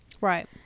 Right